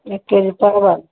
एक K G परवल